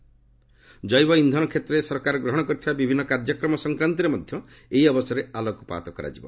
କ୍ଜେବ ଇନ୍ଧନ କ୍ଷେତ୍ରରେ ସରକାର ଗ୍ରହଣ କରିଥିବା ବିଭିନ୍ନ କାର୍ଯ୍ୟକ୍ରମ ସଂକ୍ରାନ୍ତରେ ମଧ୍ୟ ଏହି ଅବସରରେ ଆଲୋକପାତ କରାଯିବ